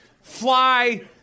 fly